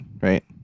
right